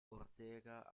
ortega